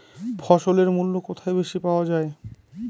ফসলের মূল্য কোথায় বেশি পাওয়া যায়?